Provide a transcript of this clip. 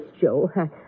Joe